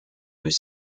peut